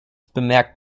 bemerkt